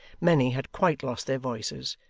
many had quite lost their voices,